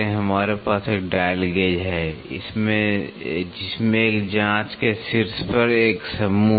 हमारे पास एक डायल गेज है जिसमें एक जांच के शीर्ष पर एक समूह है